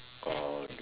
oh